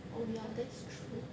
oh ya that's true